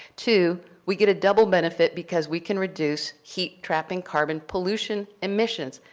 two, we get a double benefit because we can reduce heat-trapping carbon pollution emissions.